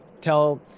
tell